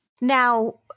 Now